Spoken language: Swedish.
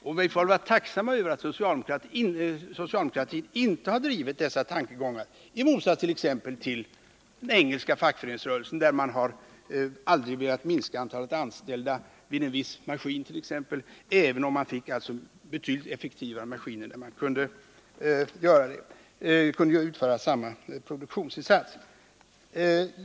Vi får vara tacksamma över att socialdemokratin inte har drivit sådana tankegångar, i motsats till exempelvis den engelska fackföreningsrörelsen, där man aldrig har velat minska antalet anställda, t.ex. vid en viss maskin, även om man fick betydligt effektivare maskiner där färre arbetare kunde göra samma produktionsinsats.